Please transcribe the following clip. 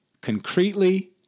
concretely